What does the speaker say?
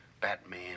Batman